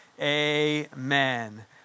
Amen